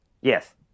Yes